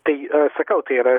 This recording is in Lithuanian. tai sakau tai yra